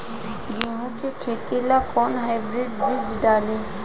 गेहूं के खेती ला कोवन हाइब्रिड बीज डाली?